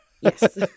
Yes